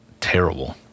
terrible